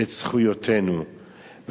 את זכויותינו.